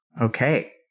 Okay